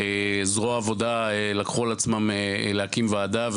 וזרוע עבודה לקחו על עצמם להקים ועדה,